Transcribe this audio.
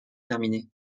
terminé